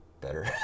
better